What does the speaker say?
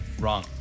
Wrong